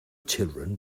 children